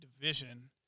division